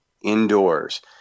indoors